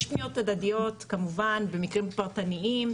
יש פניות כמובן במקרים פרטניים,